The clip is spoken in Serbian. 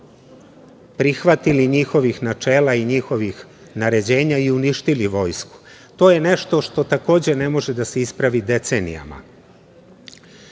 prihvatili njihovih načela i njihovi naređenja i uništili vojsku. To je nešto što takođe ne može da se ispravi decenijama. Onda,